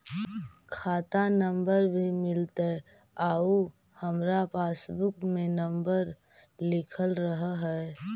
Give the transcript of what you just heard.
खाता नंबर भी मिलतै आउ हमरा पासबुक में नंबर लिखल रह है?